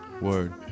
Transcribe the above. Word